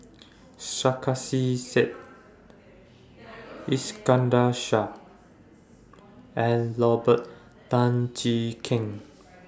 Sarkasi Said Iskandar Shah and Robert Tan Jee Keng